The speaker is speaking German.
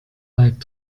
weit